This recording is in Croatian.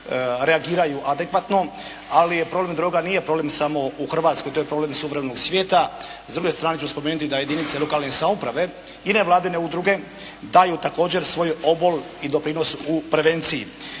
reagiraju adekvatno, ali problem droga nije samo problem u Hrvatskoj. To je i problem suvremenog svijeta. S druge strane ću spomenuti da jedinice lokalne samouprave i nevladine udruge daju također svoj obol i doprinosu u prevenciji.